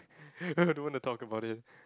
don't want to talk about it